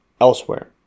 elsewhere